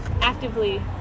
actively